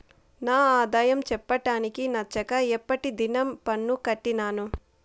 నా ఆదాయం చెప్పడానికి నచ్చక ఎప్పటి దినం పన్ను కట్టినాను